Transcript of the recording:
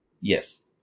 yes